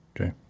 Okay